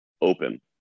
open